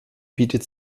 bietet